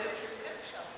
כשיש שאלה,